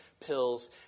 pills